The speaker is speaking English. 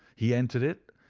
he entered it,